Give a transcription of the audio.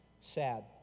sad